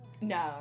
No